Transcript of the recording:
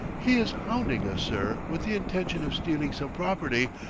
he is hounding us, sir, with the intention of stealing some property,